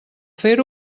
fer